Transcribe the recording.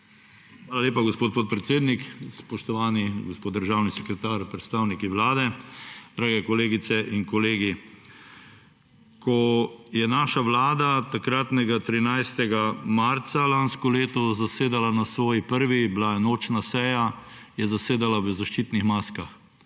Hvala lepa, gospod podpredsednik. Spoštovani gospod državni sekretar, predstavniki Vlade, drage kolegice in kolegi! Ko je naša vlada takratnega 13. marca lansko leto zasedala na svoji prvi seji, bila je nočna seja, je zasedala v zaščitnih maskah.